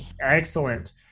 Excellent